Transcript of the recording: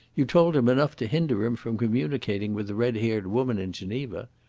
you told him enough to hinder him from communicating with the red-haired woman in geneva.